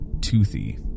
toothy